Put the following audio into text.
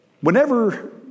Whenever